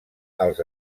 als